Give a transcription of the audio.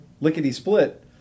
lickety-split